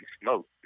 smoke